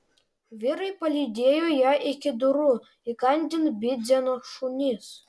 vyrai palydėjo ją iki durų įkandin bidzeno šunys